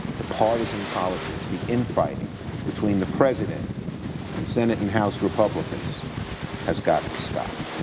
the partisan politics, the infighting between the president and senate and house republicans has got to stop